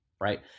right